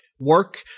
Work